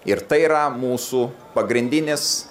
ir tai yra mūsų pagrindinis